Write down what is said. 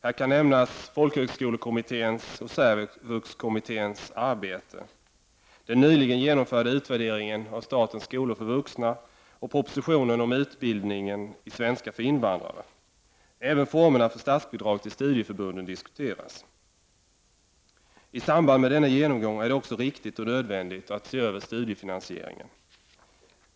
Här kan nämnas folkhögskolekommitténs och särvuxkommitténs arbete, den nyligen genomförda utvärderingen av statens skolor för vuxna och propositionen om utbildningen i svenska för invandrare. Även formerna för statsbidrag till studieförbunden diskuteras. I samband med denna genomgång är det också riktigt och nödvändigt att se över studiefinansieringen.